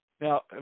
now